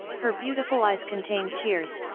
her beautiful eyes contained tears,